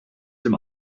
dem